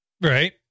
Right